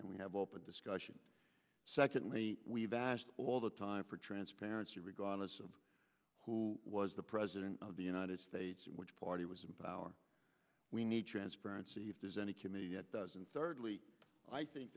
and we have open discussion secondly we've asked all the time for transparency regardless of who was the president of the united states and which party was in power we need transparency if there's any committee at does and thirdly i think